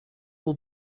will